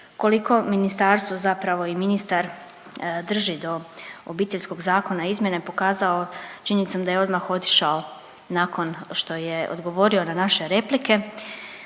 koliko ministarstvo zapravo i ministar drži do Obiteljskog zakona i izmjene pokazao činjenicom da je odmah otišao nakon što je odgovorio na naše replike